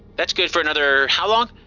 that's good for another, how long?